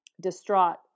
distraught